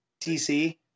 TC